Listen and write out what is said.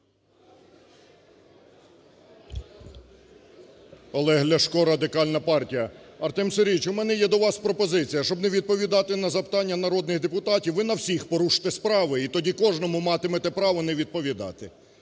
Олег Ляшко, Радикальна партія. Артем Сергійович, у мене є до вас пропозиція: щоб не відповідати на запитання народних депутатів, ви на всіх поруште справи, і тоді кожному матимете право не відповідати.